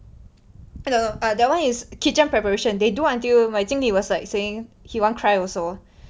oh no that one is kitchen preparation they do until my 经理 was like saying he want cry also